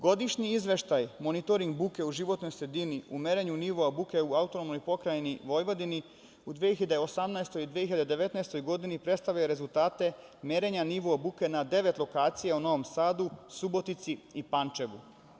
Godišnji izveštaj monitoring buke u životnoj sredini u merenju nivoa buke u AP Vojvodini u 2018/2019. godini predstavlja rezultate merenja nivoa buke na devet lokacija u Novom Sadu, Subotici i Pančevu.